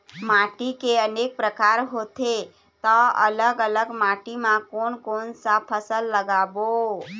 माटी के अनेक प्रकार होथे ता अलग अलग माटी मा कोन कौन सा फसल लगाबो?